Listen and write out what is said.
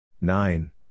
Nine